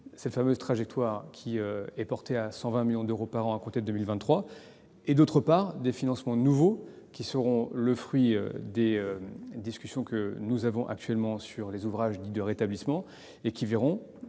cette fameuse trajectoire qui est portée à 120 millions d'euros par an à compter de 2023 ; d'autre part, les financements nouveaux qui seront le fruit des discussions actuelles sur les ouvrages dits de « rétablissement » et dont